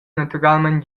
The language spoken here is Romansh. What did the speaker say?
naturalmein